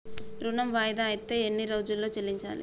ఋణం వాయిదా అత్తే ఎన్ని రోజుల్లో చెల్లించాలి?